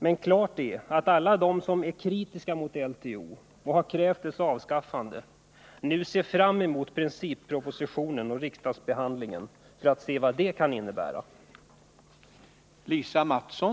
Men klart är att alla de som är kritiska mot LTO och som har krävt dess avskaffande, nu ser fram mot princippropositionen och riksdagsbehandlingen samt vad den kan föra med sig.